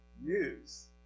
news